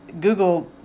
Google